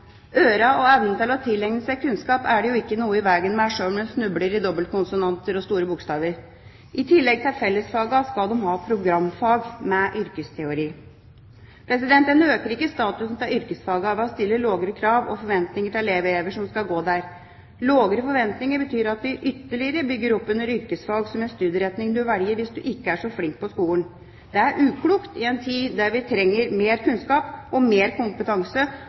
Ørene og evnen til å tilegne seg kunnskap er det jo ikke noe vi veien med sjøl om en snubler i dobbeltkonsonanter og store bokstaver. I tillegg til fellesfagene skal de ha programfagene med yrkesteori. En øker ikke statusen til yrkesfagene ved å stille lavere krav og forventninger til elever som skal gå der. Lavere forventninger betyr at vi bygger ytterligere opp under yrkesfag som en studieretning du velger hvis du ikke er så flink på skolen. Det er uklokt i en tid der vi trenger mer kunnskap og mer kompetanse